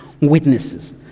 witnesses